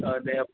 অঁ দে